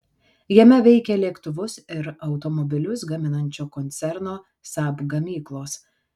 jame veikia lėktuvus ir automobilius gaminančio koncerno saab gamyklos